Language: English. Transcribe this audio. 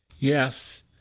Yes